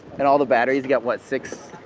and all the batteries got, what six.